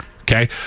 okay